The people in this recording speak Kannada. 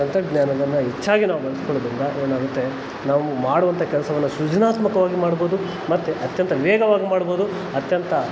ತಂತ್ರಜ್ಞಾನವನ್ನು ಹೆಚ್ಚಾಗಿ ನಾವು ಬಳ್ಸ್ಕೊಳ್ಳೋದ್ರಿಂದ ಏನಾಗುತ್ತೆ ನಾವು ಮಾಡುವಂಥ ಕೆಲಸವನ್ನ ಸೃಜನಾತ್ಮಕವಾಗಿ ಮಾಡ್ಬೋದು ಮತ್ತು ಅತ್ಯಂತ ವೇಗವಾಗಿ ಮಾಡ್ಬೋದು ಅತ್ಯಂತ